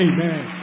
Amen